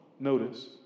Notice